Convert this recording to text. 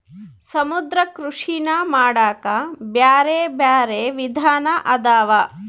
ಸಮುದ್ರ ಕೃಷಿನಾ ಮಾಡಾಕ ಬ್ಯಾರೆ ಬ್ಯಾರೆ ವಿಧಾನ ಅದಾವ